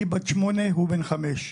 היא בת שמונה והוא בן חמש.